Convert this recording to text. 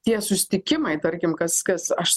tie susitikimai tarkim kas kas aš